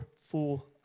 full